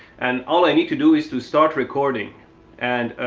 and all i need to do is to start recording and,